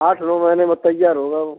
आठ नौ महीने में तैयार होगा वह